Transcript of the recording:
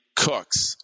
cooks